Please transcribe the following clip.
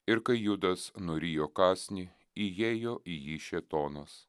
ir kai judas nurijo kąsnį įėjo į jį šėtonas